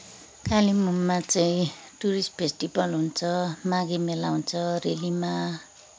कालिम्पोङमा चाहिँ tourist festival हुन्छ माघे मेला हुन्छ रेलीमा